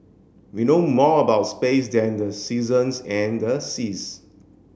we know more about space than the seasons and the seas